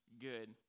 good